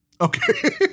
Okay